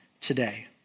today